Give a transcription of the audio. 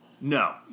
No